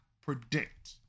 predict